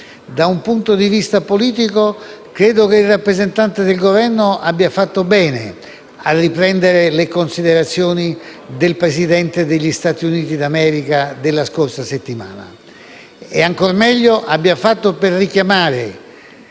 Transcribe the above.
Da un punto di vista politico, credo che il rappresentante del Governo abbia fatto bene a riprendere le considerazioni del Presidente degli Stati Uniti d'America della scorsa settimana e ancor meglio ha fatto a richiamare